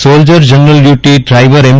soldier general duty driver M